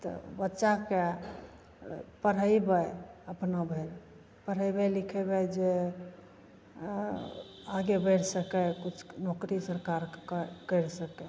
तऽ बच्चाके पढ़ेबै अपना भरि पढ़ेबै लिखेबै जे आगे बढ़ि सकै किछु नौकरी सरकारके करि सकै